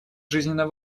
жизненно